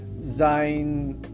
sein